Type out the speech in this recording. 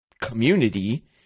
community